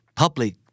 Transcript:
public